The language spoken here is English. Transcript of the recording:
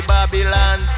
Babylon